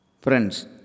Friends